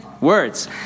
words